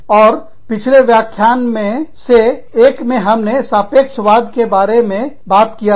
और पिछले व्याख्यान में से एक में हमने सापेक्षवाद के बारे में बात किया था